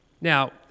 Now